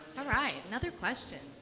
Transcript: all right, another question?